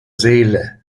seele